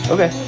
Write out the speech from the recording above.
Okay